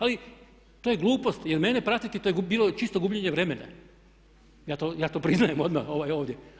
Ali to je glupost, jer mene pratiti to je bilo čisto gubljenje vremena, ja to priznajem odmah ovdje.